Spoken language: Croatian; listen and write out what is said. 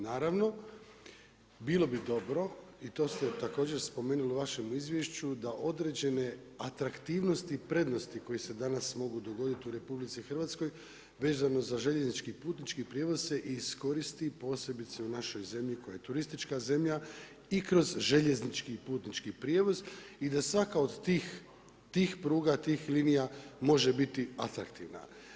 Naravno, bilo bi dobro i to ste također spomenuli u vašem izvješću da određene atraktivnosti i prednosti koje se danas mogu dogoditi u RH vezano za željeznički i putnički prijevoz se iskoristi posebice u našoj zemlji koja je turistička zemlja i kroz željeznički i putnički prijevoz i da svaka od tih pruga, tih linija može biti atraktivna.